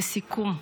לסיכום,